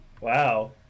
Wow